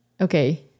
okay